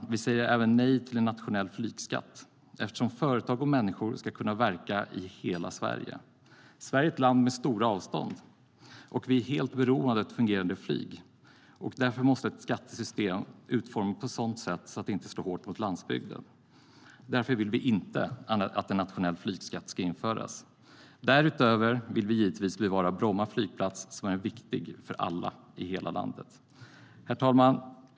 Vi säger även nej till en nationell flygskatt, eftersom företag och människor ska kunna verka i hela Sverige. Sverige är ett land med stora avstånd, och vi är helt beroende av ett fungerande flyg. Därför måste ett skattesystem utformas på ett sådant sätt att det inte slår hårt mot landsbygden. Därför vill vi inte att en nationell flygskatt ska införas. Därutöver vill vi givetvis bevara Bromma flygplats, som är viktig för alla i hela landet. Herr talman!